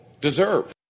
deserve